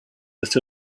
that